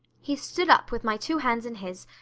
he stood up with my two hands in his,